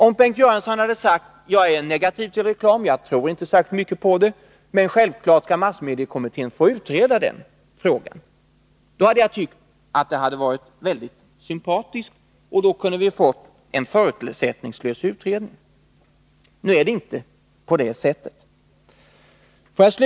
Om Bengt Göransson hade sagt: Jag är negativ till reklam, jag tror inte särskilt mycket på det, men självfallet kan massmediekommittén få utreda den frågan — då hade jag tyckt att det hade varit mycket sympatiskt, och då kunde vi få en förutsättningslös utredning. Nu är det inte på det sättet. Herr talman!